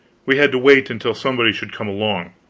we had to wait until somebody should come along.